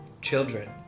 children